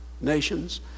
nations